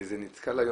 נכון,